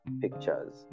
pictures